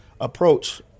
approach